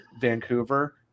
Vancouver